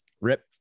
Rip